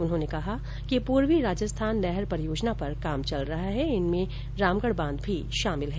उन्होंने कहा कि पूर्वी राजस्थान नहर परियोजना पर काम चल रहा है जिसमें रामगढ बांध भी शामिल है